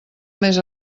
més